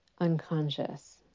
unconscious